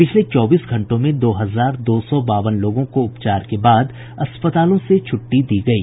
पिछले चौबीस घंटों में दो हजार दो सौ बावन लोगों को उपचार के बाद अस्पतालों से छुट्टी दी गयी